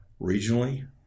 regionally